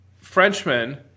Frenchman